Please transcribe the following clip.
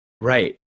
Right